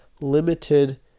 limited